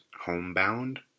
Homebound